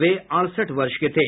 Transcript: वे अड़सठ वर्ष के थे